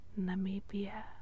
Namibia